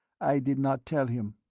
i did not tell him.